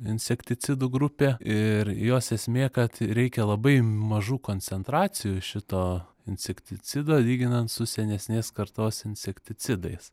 insekticidų grupė ir jos esmė kad reikia labai mažų koncentracijų šito insekticido lyginant su senesnės kartos insekticidais